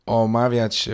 omawiać